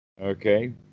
Okay